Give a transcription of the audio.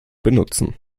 benutzen